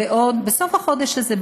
שבסוף החודש הזה,